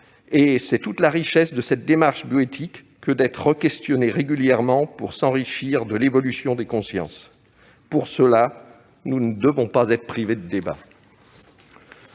Et c'est toute la richesse de cette démarche bioéthique que d'être réinterrogée régulièrement pour s'enrichir de l'évolution des consciences. Pour cela, nous ne devons pas être privés de débat